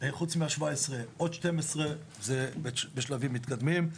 בנוסף ל-17 עוד 12 וזה נמצא בשלבים מתקדמים.